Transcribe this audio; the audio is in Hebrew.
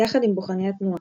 יחד עם בוחני תנועה.